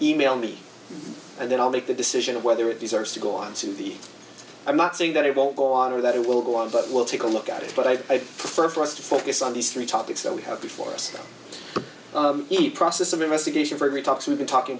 e mail me and then i'll make the decision of whether it deserves to go on to the i'm not saying that it won't go on or that it will go on but we'll take a look at it but i prefer for us to focus on these three topics that we have before us the eve process of investigation very talks we've been talking